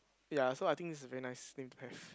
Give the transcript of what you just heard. ya so I think this is a very nice name to have